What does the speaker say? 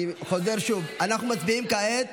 אני חוזר: אנחנו מצביעים כעת